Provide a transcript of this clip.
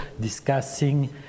discussing